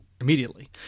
immediately